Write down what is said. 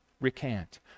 recant